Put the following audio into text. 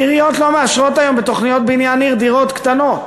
עיריות לא מאשרות היום בתוכניות בניין עיר דירות קטנות.